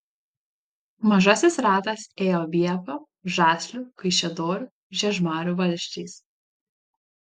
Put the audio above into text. mažasis ratas ėjo vievio žaslių kaišiadorių žiežmarių valsčiais